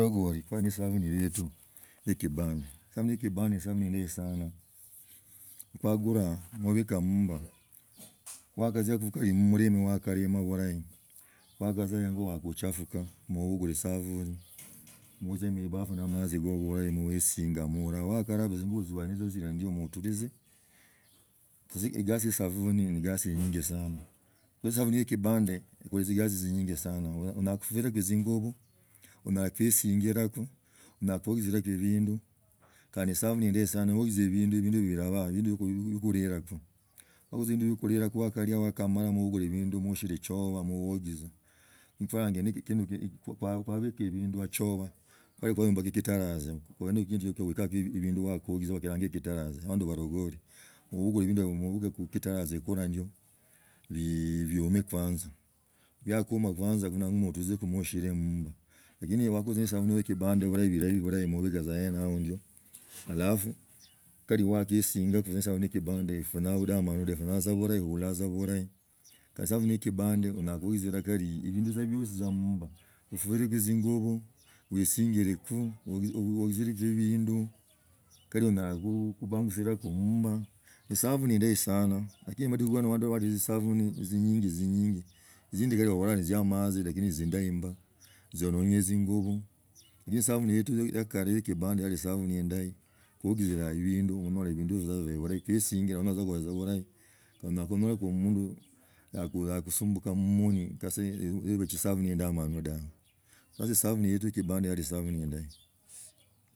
Lulugili kho esababis ne yetu ye kibanda pami ne kibanda ofamilie sana kwa gila amabi ka mumba wakatsa mumili usakalima bilahi wagatsia enyo usakachafisha obigila esabuai notzia msibafu na amatzikoko noesinya nonyola wakalaba tzingubi tzia wali na tsio ndio notulitzi egasi ye esabini ni gasi enyinji sana esabuni ye kinande ekhuswa tzikaza tisinyinji sana onyala khufuilakho tzingubo onyala khisesingilakho onyala khufsilakho tzingubo onyala khsengilakho onyala khuogeleziako ebindu kondi ni esabuni endahi sana naongeleziako ebindu hibio bilabaa ebindu bio kulilaku noosia ebindu bio kulilaka wa halia wakamala nobukula ebindo maeka mukitaraza ekio brome kusanza biaksoma kusanza matulizeku moshije munyimba lakini we wakuitza na esabuni ni halafu kali usakhaesinya khuliwa esabuni ye kikandi ofwana vidaminu da ofwono tsa bilahi ohulaa tza bilahi kandi esabuni yo kipande onyo kitzilakali ebindu tsa ebiosi munyumba efulekhe tzindibu.